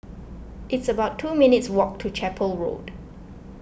it's about two minutes' walk to Chapel Road